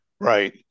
Right